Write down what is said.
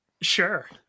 Sure